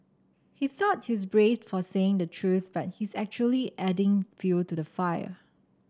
he thought he's brave for saying the truth but he's actually adding fuel to the fire